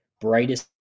brightest